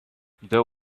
there